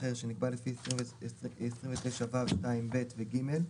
אחר שנקבע לפי סעיף 26(2)(ב) ו-(ג)".